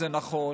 זה נכון.